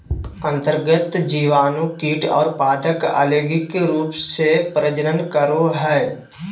अन्तर्गत जीवाणु कीट और पादप अलैंगिक रूप से प्रजनन करो हइ